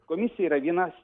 komisijoj yra vienas